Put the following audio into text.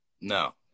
No